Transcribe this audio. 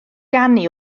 ganu